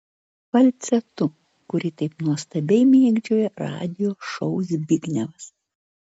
falcetu kurį taip nuostabiai mėgdžioja radijo šou zbignevas